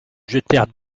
jetèrent